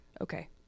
Okay